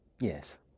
Yes